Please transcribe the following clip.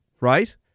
right